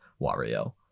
Wario